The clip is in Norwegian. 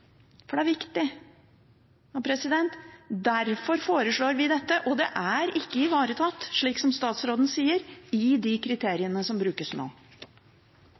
for det er viktig. Derfor foreslår vi dette, og det er ikke ivaretatt – som statsråden sier at det er – i de kriteriene som brukes nå.